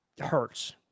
hurts